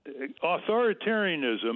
authoritarianism